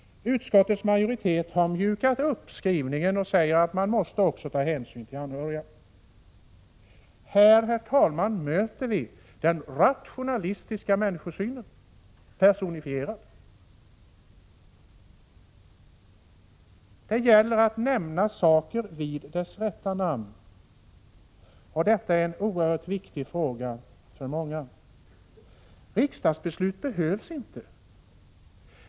Här möter vi den rationalistiska människosynen personifierad. Utskottets majoritet har mjukat upp skrivningen och framhåller att man måste ta hänsyn också till anhöriga. Det gäller att nämna saker vid deras rätta namn, och detta är en oerhört viktig fråga för många. Riksdagsbeslut behövs inte.